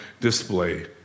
display